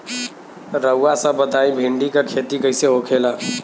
रउआ सभ बताई भिंडी क खेती कईसे होखेला?